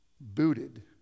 booted